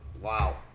Wow